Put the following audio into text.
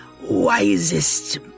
wisest